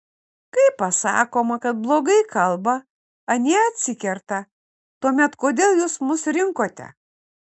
kai pasakoma kad blogai kalba anie atsikerta tuomet kodėl jūs mus rinkote